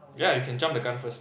yeah you can jump the gun first